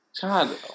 God